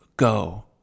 Go